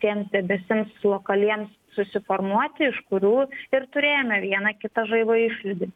tiems debesims lokaliems susiformuoti iš kurių ir turėjome vieną kitą žaibo išlydį